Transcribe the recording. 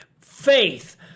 faith